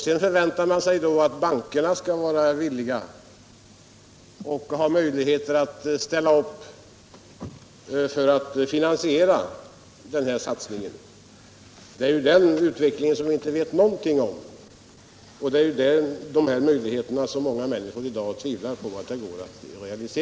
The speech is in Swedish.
Sedan förväntar man sig att bankerna skall vara villiga och ha möjligheter att ställa upp och finansiera den här satsningen. Men hur utvecklingen blir vet vi ju i dag inte någonting om, och möjligheterna att realisera de här planerna tvivlar många människor på.